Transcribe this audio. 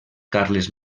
carles